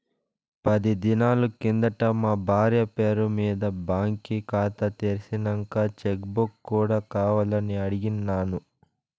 పది దినాలు కిందట మా బార్య పేరు మింద బాంకీ కాతా తెర్సినంక చెక్ బుక్ కూడా కావాలని అడిగిన్నాను